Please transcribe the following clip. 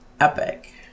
epic